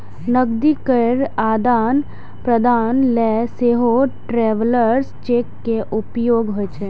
नकदी केर आदान प्रदान लेल सेहो ट्रैवलर्स चेक के उपयोग होइ छै